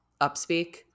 upspeak